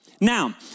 Now